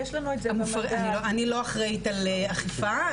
אני לא אחראית על אכיפה,